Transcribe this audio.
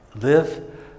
Live